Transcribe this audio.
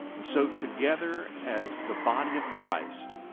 and so together, as the body of christ,